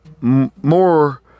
more